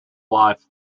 life